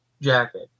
jacket